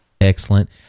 excellent